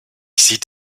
sieht